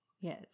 Yes